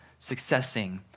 successing